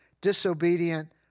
disobedient